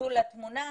נכנסו לתמונה,